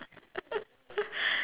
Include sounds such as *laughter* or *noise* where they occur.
*laughs*